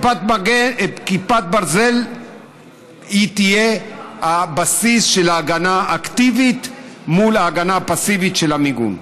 כיפת ברזל תהיה הבסיס של ההגנה האקטיבית מול ההגנה הפסיבית של המיגון.